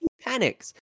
panics